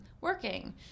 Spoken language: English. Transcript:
working